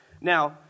Now